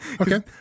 Okay